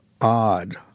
odd